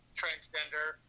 transgender